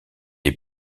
est